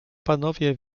panowie